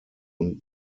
und